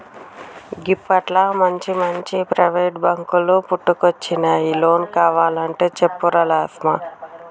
గిప్పట్ల మంచిమంచి ప్రైవేటు బాంకులు పుట్టుకొచ్చినయ్, లోన్ కావలంటే చెప్పురా లస్మా